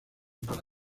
para